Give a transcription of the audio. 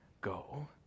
go